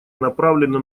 направлено